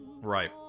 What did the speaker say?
Right